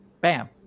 Bam